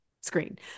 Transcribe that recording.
screen